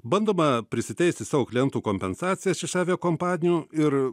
bandoma prisiteisti savo klientų kompensacijas iš aviakompanijų ir